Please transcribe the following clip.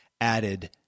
added